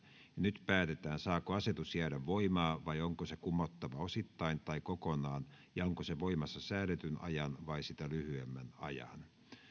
nyt päätetään saako asetus jäädä voimaan vai onko se kumottava osittain tai kokonaan ja onko se voimassa säädetyn vai sitä lyhyemmän ajan